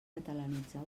catalanitzar